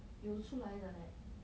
有出来的 leh